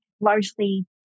largely